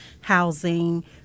housing